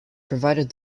provided